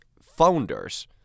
founders